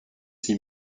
six